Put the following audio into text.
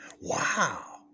Wow